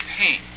pain